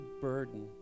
burden